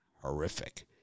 horrific